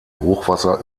hochwasser